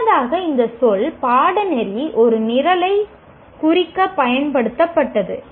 முன்னதாக இந்த சொல் பாடநெறி ஒரு நிரலைக் குறிக்க பயன்படுத்தப்பட்டது